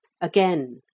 Again